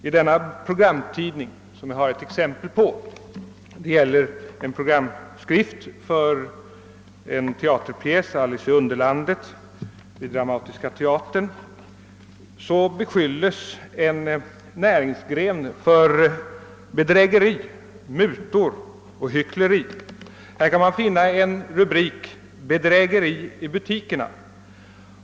I den programtidning som jag här har ett exemplar av — det är en programskrift för en teaterpjäs, nämligen Alice i Underlandet vid Dramatiska teatern, be skylles en näringsgren för bedrägeri, mutor och hyckleri. I den skriften finns det en rubrik som lyder Bedrägeri i butikerna.